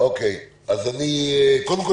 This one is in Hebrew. ראו שסורבו